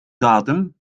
datum